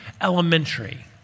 elementary